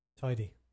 Tidy